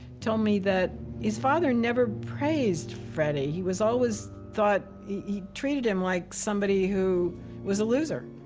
told me that his father never praised freddy. he was always thought. he treated him like somebody who was a loser.